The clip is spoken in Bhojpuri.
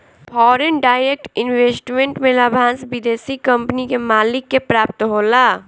फॉरेन डायरेक्ट इन्वेस्टमेंट में लाभांस विदेशी कंपनी के मालिक के प्राप्त होला